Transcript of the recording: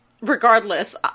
regardless